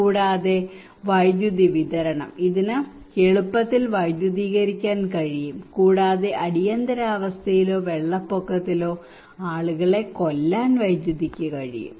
കൂടാതെ വൈദ്യുതി വിതരണം ഇതിന് എളുപ്പത്തിൽ വൈദ്യുതീകരിക്കാൻ കഴിയും കൂടാതെ അടിയന്തരാവസ്ഥയിലോ വെള്ളപ്പൊക്കത്തിലോ ആളുകളെ കൊല്ലാൻ വൈദ്യുതിക്ക് കഴിയും